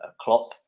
klopp